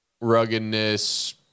ruggedness